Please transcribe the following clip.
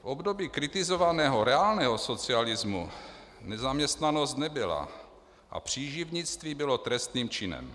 V období kritizovaného reálného socialismu nezaměstnanost nebyla a příživnictví bylo trestným činem.